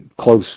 close